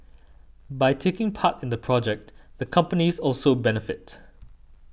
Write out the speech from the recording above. by taking part in the project the companies also benefit